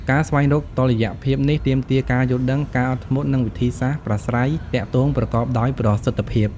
ការស្វែងរកតុល្យភាពនេះទាមទារការយល់ដឹង ការអត់ធ្មត់ និងវិធីសាស្ត្រប្រាស្រ័យទាក់ទងប្រកបដោយប្រសិទ្ធភាព។